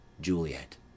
Juliet